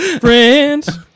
Friends